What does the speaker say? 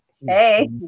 Hey